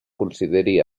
consideri